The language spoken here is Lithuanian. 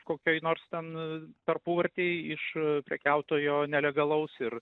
kokioj nors ten tarpuvartėj iš prekiautojo nelegalaus ir